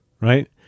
right